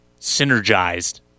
synergized